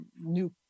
new